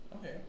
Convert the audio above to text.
Okay